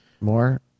more